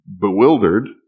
bewildered